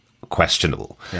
questionable